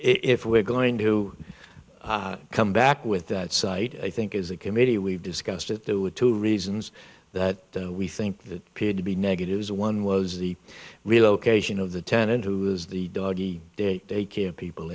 if we're going to come back with that site i think is the committee we've discussed it there were two reasons that we think that appeared to be negatives one was the relocation of the tenant who was the doggie daycare people